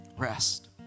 rest